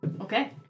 Okay